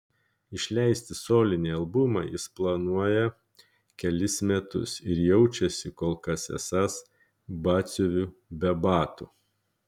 išleisti solinį albumą jis planuoja kelis metus ir jaučiasi kol kas esąs batsiuviu be batų